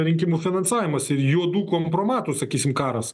rinkimų finansavimas ir juodų kompromatų sakysim karas